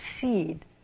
seed